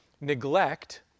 neglect